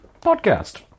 podcast